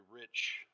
rich